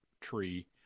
tree